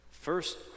first